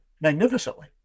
magnificently